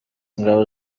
ingabo